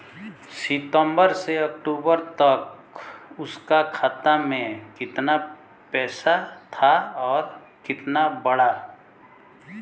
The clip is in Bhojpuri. सितंबर से अक्टूबर तक उसका खाता में कीतना पेसा था और कीतना बड़ा?